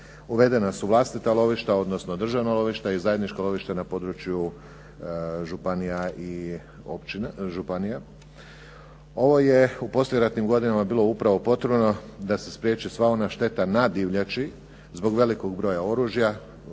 Uvedena su vlastita lovišta, odnosno državna lovišta i zajedničko lovište na području županija. Ovo je u poslijeratnim godinama bilo upravo potrebno da se spriječi sva ona šteta na divljači zbog velikog broja oružja,